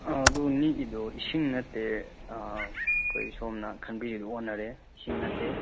ꯑꯗꯨ ꯅꯤꯛꯏꯗꯣ ꯏꯁꯤꯡ ꯅꯠꯇꯦ ꯑꯩꯈꯣꯏ ꯁꯣꯝꯅ ꯈꯟꯕꯤꯔꯤꯗꯨ ꯑꯣꯟꯅꯔꯦ ꯏꯁꯤꯡ ꯅꯠꯇꯦ